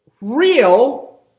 real